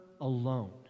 alone